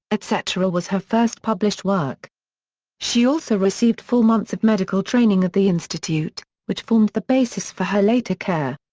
etc. was her first published work she also received four months of medical training at the institute, which formed the basis for her later care.